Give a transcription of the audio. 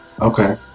Okay